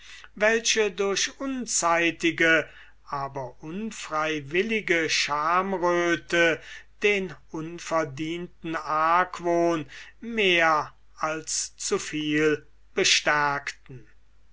welche durch unzeitige aber unfreiwillige schamröte den unverdienten argwohn mehr als zu viel bestärkten